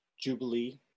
jubilee